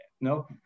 no